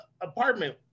apartment